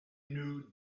new